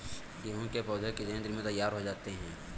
गेहूँ के पौधे कितने दिन में तैयार हो जाते हैं?